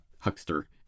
huckster